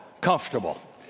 comfortable